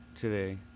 today